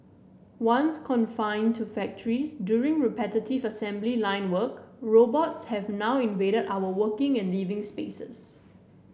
once confined to factories doing repetitive assembly line work robots have now invaded our working and living spaces